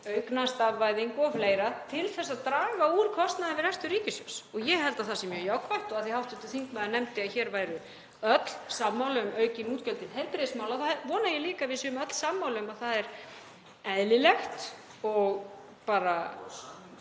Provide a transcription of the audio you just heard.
aukin stafvæðing o.fl., til að draga úr kostnaði við rekstur ríkissjóðs. Ég held að það sé mjög jákvætt. Og af því að hv. þingmaður nefndi að hér væru öll sammála um aukin útgjöld til heilbrigðismála þá vona ég líka að við séum öll sammála um að það er eðlilegt og